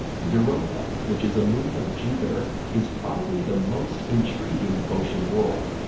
europa, which is a moon of jupiter, is probably the most intriguing ocean world.